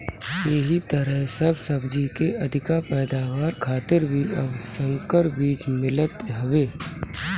एही तरहे सब सब्जी के अधिका पैदावार खातिर भी अब संकर बीज मिलत हवे